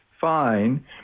fine